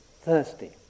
thirsty